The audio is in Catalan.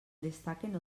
destaquen